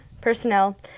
personnel